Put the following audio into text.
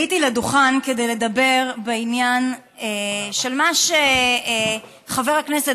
עליתי לדוכן כדי לדבר בעניין של מה שחבר הכנסת